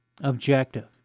objective